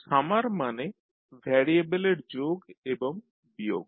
summer মানে ভ্যারিয়েবলের যোগ এবং বিয়োগ